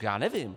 Já nevím.